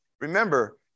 remember